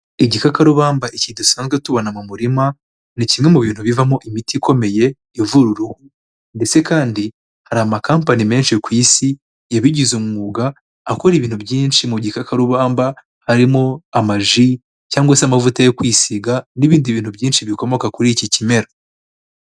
Igikakarubamba iki dusanzwe tubona mu murima ni kimwe mu bintu bivamo imiti ikomeye ivuru uruhu, ndetse kandi hari amakampani menshi ku isi yabigize umwuga akora ibintu byinshi mu gikakarubamba, harimo amaji cyangwa se amavuta yo kwisiga n'ibindi bintu byinshi bikomoka kuri iki kimera.